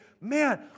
Man